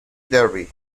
derby